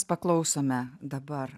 paklausome dabar